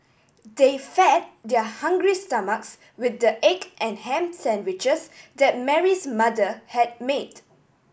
they fed their hungry stomachs with the egg and ham sandwiches that Mary's mother had made